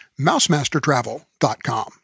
mousemastertravel.com